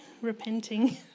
Repenting